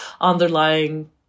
underlying